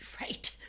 right